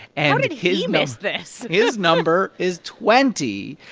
and. how did he miss this? his number is twenty.